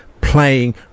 playing